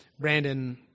Brandon